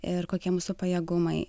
ir kokie mūsų pajėgumai